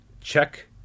check